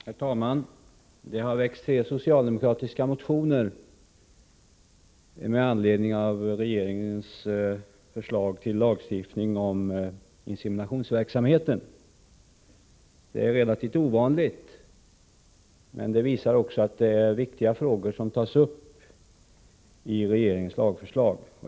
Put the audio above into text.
Herr talman! Det har väckts tre socialdemokratiska motioner med anledning av regeringens förslag till lagstiftning om inseminationsverksamheten. Det är relativt ovanligt, men det visar att det är viktiga frågor som tas upp i regeringens lagförslag.